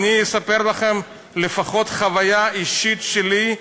אספר לכם לפחות חוויה אישית שלי,